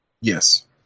Yes